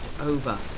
over